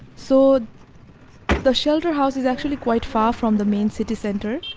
so the shelter house is actually quite far from the main city center,